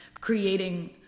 creating